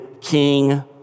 king